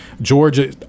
Georgia